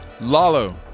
Lalo